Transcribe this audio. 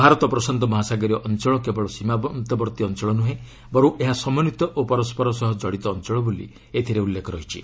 ଭାରତ ପ୍ରଶାନ୍ତ ମହାସାଗରୀୟ ଅଞ୍ଚଳ କେବଳ ସୀମାନ୍ତବର୍ତ୍ତୀ ଅଞ୍ଚଳ ନୁହେଁ ବରଂ ଏହା ସମନ୍ୱିତ ଓ ପରସ୍କର ସହ ଜଡ଼ିତ ଅଞ୍ଚଳ ବୋଲି ଏଥିରେ ଉଲ୍ଲେଖ ରହିଛି